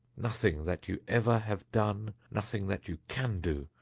nothing that you ever have done, nothing that you can do,